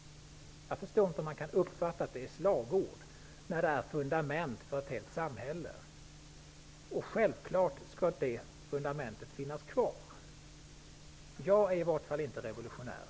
Jag förstår inte hur man kan uppfatta detta som slagord. Det är ju fundamentet för hela vårt samhälle, och självfallet skall detta fundament finnas kvar. Jag är i varje fall inte revolutionär.